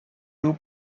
two